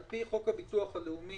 על פי חוק הביטוח הלאומי,